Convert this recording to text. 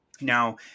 Now